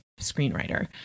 screenwriter